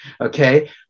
Okay